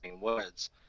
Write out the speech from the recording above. words